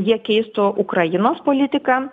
jie keistų ukrainos politiką